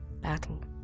Battle